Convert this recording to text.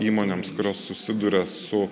įmonėms kurios susiduria su